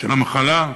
של המחלה,